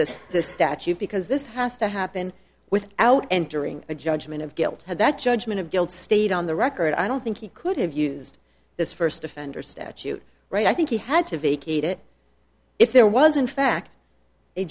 the statute because this has to happen without entering a judgment of guilt that judgment of guilt stayed on the record i don't think he could have used this first offender statute right i think he had to vacate it if there was in fact a